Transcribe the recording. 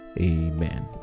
Amen